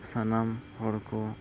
ᱥᱟᱱᱟᱢ ᱦᱚᱲᱠᱚ